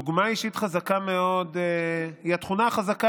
דוגמה אישית חזקה מאוד היא התכונה החזקה,